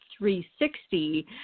360